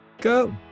go